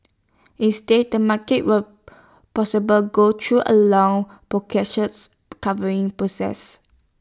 instead the market will possible go through A long recovery process